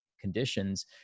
conditions